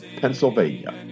Pennsylvania